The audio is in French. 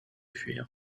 fuir